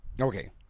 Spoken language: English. Okay